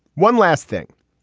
one last thing.